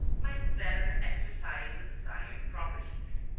might the better exercise the desired properties.